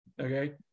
okay